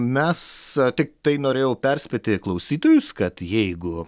mes tiktai norėjau perspėti klausytojus kad jeigu